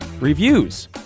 reviews